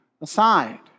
aside